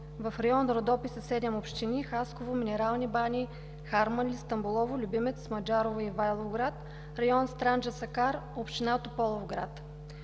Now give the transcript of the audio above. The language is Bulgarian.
В район Родопи са седем общини: Хасково, Минерални бани, Харманли, Стамболово, Любимец, Маджарово, Ивайловград, район Странджа – Сакар, община Тополовград.